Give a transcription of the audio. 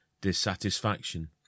Dissatisfaction